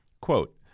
Quote